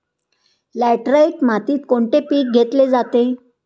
Laterite मातीत कोणते पीक घेतले जाते?